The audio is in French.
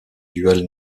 duels